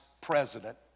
president